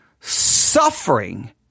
suffering